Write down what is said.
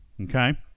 Okay